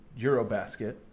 Eurobasket